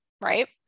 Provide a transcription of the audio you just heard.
right